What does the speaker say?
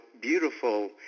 beautiful